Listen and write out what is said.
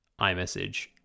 iMessage